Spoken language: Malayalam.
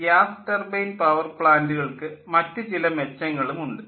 അതിനാൽ ഗ്യാസ് ടർബൈൻ പവർ പ്ലാൻ്റുകൾക്ക് മറ്റു ചില മെച്ചങ്ങളും ഉണ്ട്